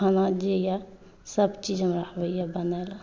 खाना जे यऽ सभचीज हमरा आबयए बनाइलऽ